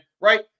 Right